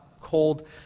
cold